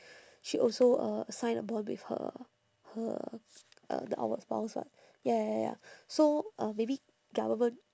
she also uh sign a bond with her her uh the outward bound [what] ya ya ya ya so uh maybe government